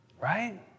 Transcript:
Right